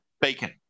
Bacon